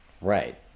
right